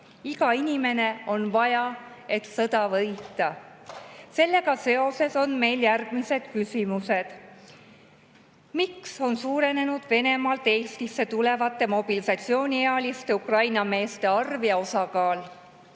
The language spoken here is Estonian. Igat inimest on vaja, et sõda võita. Sellega seoses on meil järgmised küsimused. Miks on suurenenud Venemaalt Eestisse tulevate mobilisatsiooniealiste Ukraina meeste arv ja osakaal?